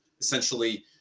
essentially